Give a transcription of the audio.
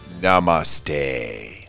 Namaste